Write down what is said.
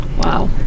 Wow